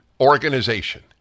organization